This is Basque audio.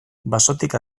basotik